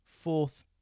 Fourth